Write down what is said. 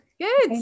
Good